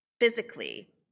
physically